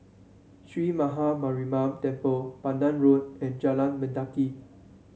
Sree Maha Mariamman Temple Pandan Road and Jalan Mendaki